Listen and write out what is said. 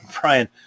Brian